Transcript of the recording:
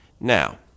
Now